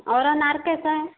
और अनार कैसा है